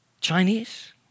Chinese